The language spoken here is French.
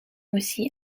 aussi